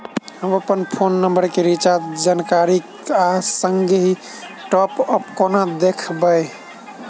हम अप्पन phone number केँ रिचार्जक जानकारी आ संगहि टॉप अप कोना देखबै?